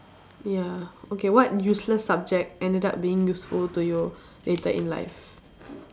ya okay what useless subject ended up being useful to you later in life